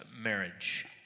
marriage